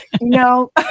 no